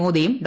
മോദിയും ഡോ